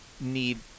need